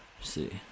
see